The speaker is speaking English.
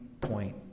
point